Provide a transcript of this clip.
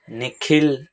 Nikhil